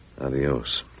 Adios